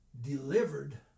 delivered